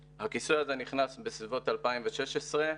אם אני אנסה להסתכל ככה בתוך הרשויות